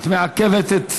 את מעכבת את